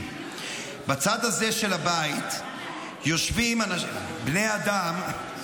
בצד הזה של הבית יושבים בני אדם,